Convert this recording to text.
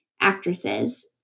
actresses